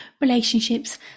relationships